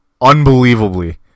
unbelievably